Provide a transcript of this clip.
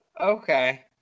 Okay